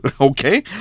okay